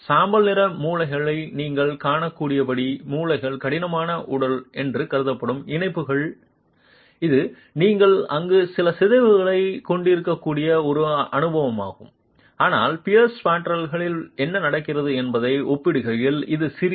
சாம்பல் நிற மூலைகளை நீங்கள் காணக்கூடியபடி மூலைகள் கடினமான உடல்கள் என்று கருதப்படும் இணைப்புகள் இது நீங்கள் அங்கு சில சிதைவுகளைக் கொண்டிருக்கக்கூடிய ஒரு அனுமானமாகும் ஆனால் பியர்ஸ் ஸ்பாண்ட்ரல்களில் என்ன நடக்கிறது என்பதை ஒப்பிடுகையில் இது சிறியது